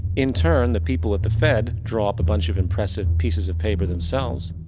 in turn the people of the fed drop a bunch of impressive pieces of papers themselves.